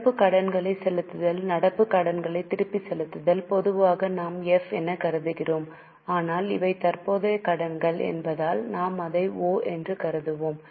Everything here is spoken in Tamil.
நடப்பு கடன்களை செலுத்துதல் நடப்பு கடன்களை திருப்பிச் செலுத்துதல் பொதுவாக நாம் எஃப் எனக் கருதுகிறோம் ஆனால் இவை தற்போதைய கடன்கள் என்பதால் நாம் அதை ஓ என்று கருதுவோம்